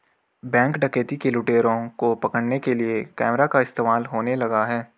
Bank डकैती के लुटेरों को पकड़ने के लिए कैमरा का इस्तेमाल होने लगा है?